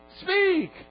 speak